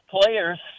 players